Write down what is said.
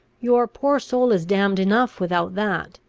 your poor soul is damned enough without that.